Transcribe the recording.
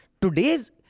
Today's